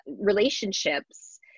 relationships